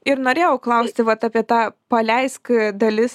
ir norėjau klausti vat apie tą paleisk dalis